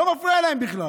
לא מפריע להם בכלל.